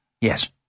Yes